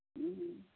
ᱦᱩᱸ